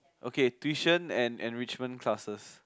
okay tuition and enrichment classes